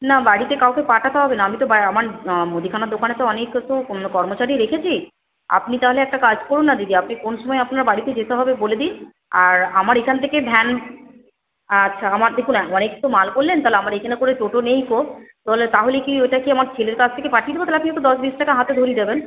না বাড়িতে কাউকে পাঠাতে হবে না আমি তো আমার মুদিখানার দোকানে তো অনেক তো কর্মচারী রেখেছি আপনি তাহলে একটা কাজ করুন না দিদি আপনি কোন সময়ে আপনার বাড়িতে যেতে হবে বলে দিন আর আমার এইখান থেকে ভ্যান আচ্ছা আমার দেখুন অনেক তো মাল বললেন তাহলে আমার এইখানে করে টোটো নেই তাহলে কি ওইটা কি আমার ছেলের কাছ থেকে পাঠিয়ে দেব তাহলে আপনি একটু দশ বিশ টাকা হাতে ধরিয়ে দেবেন